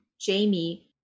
Jamie